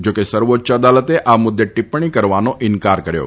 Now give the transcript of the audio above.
જા કે સર્વોચ્ય અદાલતે આ મુદ્દે ટિપ્પણી કરવાનો ઇન્કાર કર્યો હતો